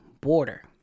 border